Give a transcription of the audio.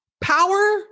power